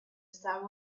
star